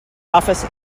office